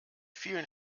vielen